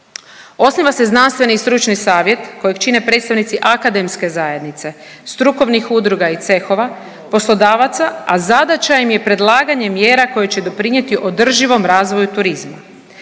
Osniva se znanstveni i stručni savjet kojeg čine predstavnici akademske zajednice, strukovnih udruga i cehova, poslodavaca, a zadaća im je predlaganje mjera koje će doprinijeti održivom razvoju turizma.